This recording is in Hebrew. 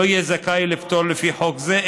לא יהיה זכאי לפטור לפי חוק זה,